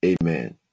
Amen